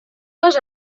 les